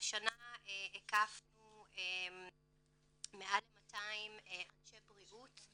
השנה הקפנו מעל ל-200 אנשי בריאות,